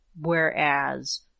Whereas